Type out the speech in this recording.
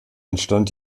entstand